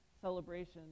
celebration